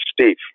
Steve